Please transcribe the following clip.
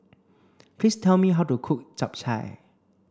please tell me how to cook Japchae